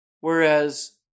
Whereas